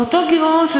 ואותו גירעון,